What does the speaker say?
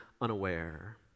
unaware